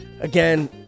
Again